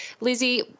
lizzie